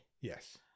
Yes